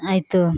ಆಯಿತು